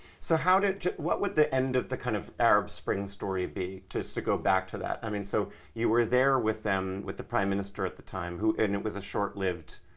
so how, what would the end of the kind of arab spring story be, just to go back to that? i mean, so you were there with them with the prime minister at the time who, and it was a short-lived,